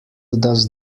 does